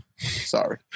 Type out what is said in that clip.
Sorry